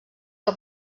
que